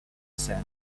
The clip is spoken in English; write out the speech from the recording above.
san